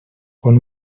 con